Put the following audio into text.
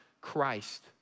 Christ